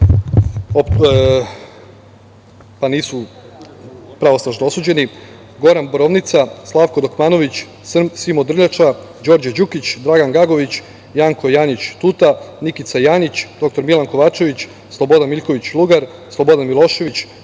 pa nisu pravosnažno osuđeni,